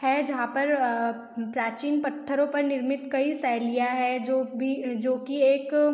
है जहाँ पर प्राचीन पत्थरों पर निर्मित कई शैलियाँ हैं जो भी जो कि एक